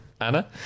Anna